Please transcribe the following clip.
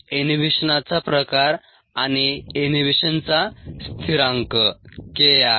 इनहिबिशनाचा प्रकार आणि इनहिबिशनचा स्थिरांक k I